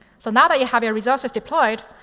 so now that you have your resources deployed,